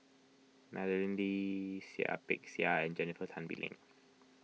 Madeleine Lee Seah Peck Seah and Jennifer Tan Bee Leng